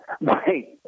Right